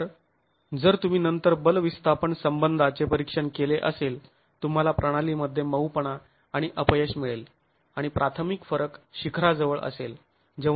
तर जर तुम्ही नंतर बल विस्थापण संबंधाचे परीक्षण केले असेल तुम्हाला प्रणालीमध्ये मऊपणा आणि अपयश मिळेल आणि प्राथमिक फरक शिखराजवळ असेल